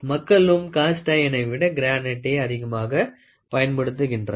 மக்களும் காஸ்ட் ஐயனை விட கிரானைட்டையே அதிகமாக பயன்படுத்துகின்றனர்